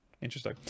interesting